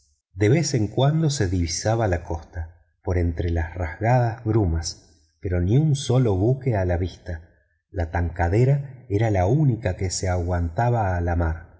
de vez en cuando se divisaba la costa por entre las rasgadas brumas pero ni un solo buque a la vista la tankadera era la única que se aguantaba a la mar